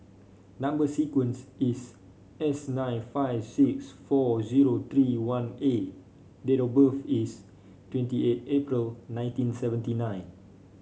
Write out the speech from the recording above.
number sequence is S nine five six four zero three one A date birth is twenty eight April nineteen seventy nine